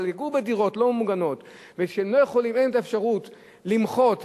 אבל לגור בדירות לא ממוגנות כשאין להם האפשרות למחות,